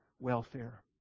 welfare